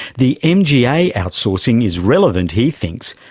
the mja outsourcing is relevant, he thinks,